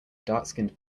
darkskinned